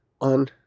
on